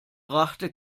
brachte